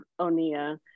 Onia